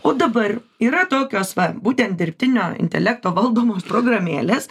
o dabar yra tokios va būtent dirbtinio intelekto valdomos programėlės